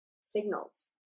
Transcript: signals